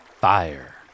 fire